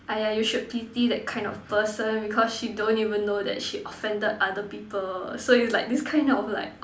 !aiya! you should pity that kind of person because she don't even know that she offended other people so you like this kind of like